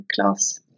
class